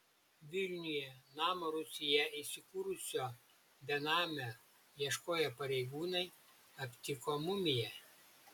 vilniuje namo rūsyje įsikūrusio benamio ieškoję pareigūnai aptiko mumiją